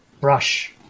brush